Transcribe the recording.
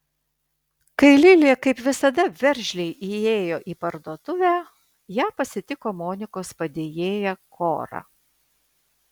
kai lilė kaip visada veržliai įėjo į parduotuvę ją pasitiko monikos padėjėja kora